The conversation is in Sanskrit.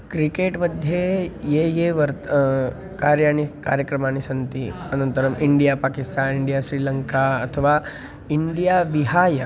क्रिकेट्मध्ये ये ये वर्त् कार्याणि कार्यक्रमाणि सन्ति अनन्तरम् इण्डिया पाकिस्तान् इण्डिया स्रिलङ्का अथवा इण्डिया विहाय